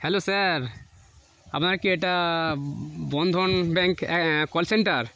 hello sir আপনার কি এটা বন্ধন ব্যাঙ্ক কল সেন্টার